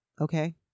okay